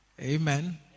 Amen